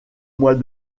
mois